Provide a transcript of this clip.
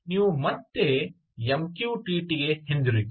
ನೀವು ಮತ್ತೆ M Q T T ಗೆ ಹಿಂತಿರುಗಿ